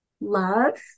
love